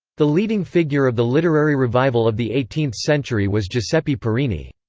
the leading figure of the literary revival of the eighteenth century was giuseppe parini.